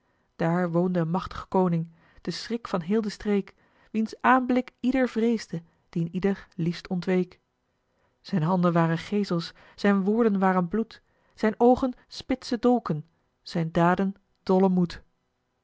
daar woonde een machtig koning de schrik van heel de streek wiens aanblik ieder vreesde dien ieder liefst ontweek zijn handen waren geesels zijn woorden waren bloed zijn oogen spitse dolken zijn daden dolle